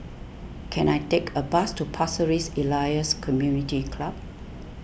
can I take a bus to Pasir Ris Elias Community Club